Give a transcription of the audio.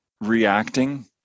reacting